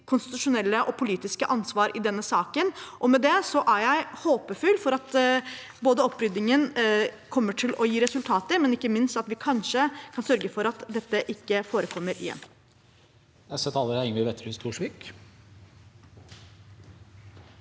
konstitusjonelle og politiske ansvar i denne saken. Med det er jeg håpefull for at oppryddingen kommer til å gi resultater, men ikke minst at vi kanskje kan sørge for at dette ikke forekommer igjen.